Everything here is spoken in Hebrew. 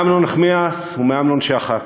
מאמנון נחמיאס ומאמנון שחק,